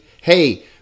hey